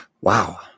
Wow